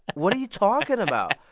what are you talking about?